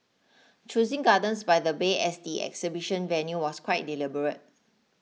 choosing gardens by the bay as the exhibition venue was quite deliberate